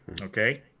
Okay